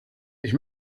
ich